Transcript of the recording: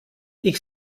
ich